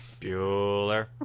Bueller